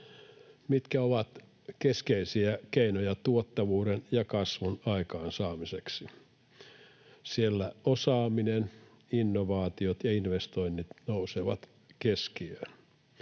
Mitkä ovat keskeisiä keinoja tuottavuuden ja kasvun aikaansaamiseksi? Siellä osaaminen, innovaatiot ja investoinnit nousevat keskiöön.